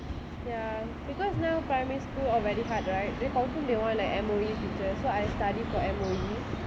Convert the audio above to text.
ya because now primary school all very hard right then confirm they want a M_O_E teacher so I study for M_O_E